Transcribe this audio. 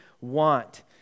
want